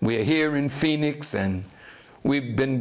we're here in phoenix and we've been